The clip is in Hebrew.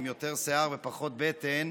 עם יותר שיער ופחות בטן,